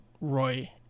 Roy